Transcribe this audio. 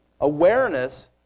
awareness